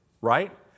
right